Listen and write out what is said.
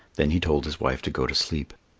then he told his wife to go to sleep.